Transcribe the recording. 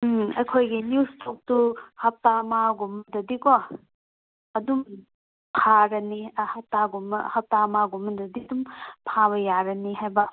ꯎꯝ ꯑꯩꯈꯣꯏꯒꯤ ꯅ꯭ꯌꯨ ꯏꯁꯇꯣꯛꯇꯣ ꯍꯞꯇꯥ ꯑꯃꯒꯨꯝꯕꯗꯗꯤ ꯀꯣ ꯑꯗꯨꯝ ꯈꯥꯔꯅꯤ ꯍꯞꯇꯥꯒꯨꯝꯕ ꯍꯞꯇꯥ ꯑꯃꯒꯨꯝꯕꯗꯗꯤ ꯑꯗꯨꯝ ꯐꯥꯕ ꯌꯥꯔꯅꯤ ꯍꯥꯏꯕ